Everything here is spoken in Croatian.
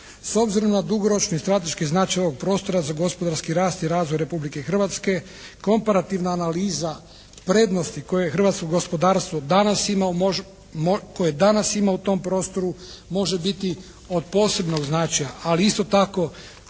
S obzirom na dugoročni i strateški značaj ovog prostora za gospodarski rast i razvoj Republike Hrvatske komparativna analiza prednosti koje hrvatsko gospodarstvo danas ima u tom prostoru može biti od posebnog značaja, ali isto tako